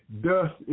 dust